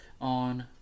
on